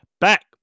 back